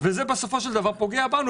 וזה בסופו של דבר פוגע בנו.